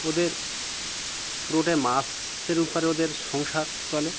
ওদের পুরোটাই মাছের উপরে ওদের সংসার চলে